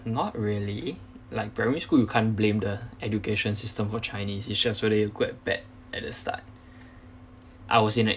not really like primary school you can't blame the education system for chinese is just really good and bad at the start I was in a